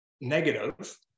negative